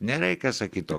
nereikia sakyt to